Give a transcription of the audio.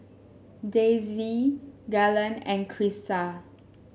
Daisye Galen and Krysta